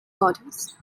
bodies